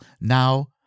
now